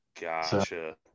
Gotcha